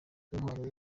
nk’intwaro